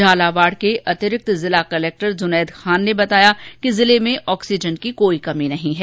झालावाड़ के अतिरिक्त जिला कलक्टर जुनेद खान ने बताया कि जिले में ऑक्सीजन की कोई कमी नहीं है